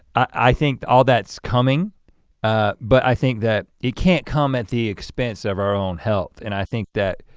i think all that's coming ah but i think that it can't come at the expense of our own health and i think that